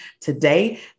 today